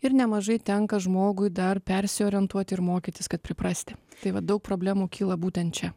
ir nemažai tenka žmogui dar persiorientuot ir mokytis kad priprasti tai va daug problemų kyla būtent čia